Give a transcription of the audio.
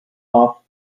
off